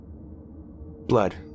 Blood